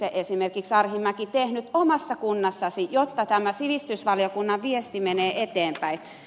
arhinmäki tehnyt omassa kunnassanne jotta tämä sivistysvaliokunnan viesti menee eteenpäin